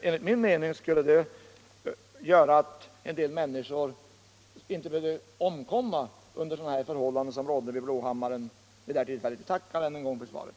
Enligt min mening skulle det göra att en del människor inte behövde omkomma under sådana förhållanden som rådde på Blåhammaren vid det aktuella tillfället. Jag tackar än en gång för svaret.